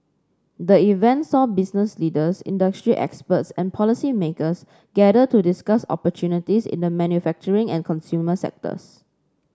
the event saw business leaders industry experts and policymakers gather to discuss opportunities in the manufacturing and consumer sectors